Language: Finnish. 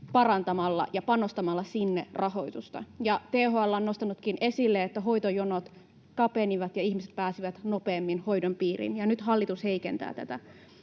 parantamalla ja panostamalla sinne rahoitusta. THL on nostanutkin esille, että hoitojonot kapenivat ja ihmiset pääsivät nopeammin hoidon piiriin. Ja nyt hallitus heikentää tätä.